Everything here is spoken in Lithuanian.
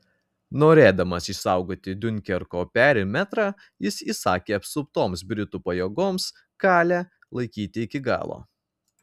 norėdamas išsaugoti diunkerko perimetrą jis įsakė apsuptoms britų pajėgoms kalė laikyti iki galo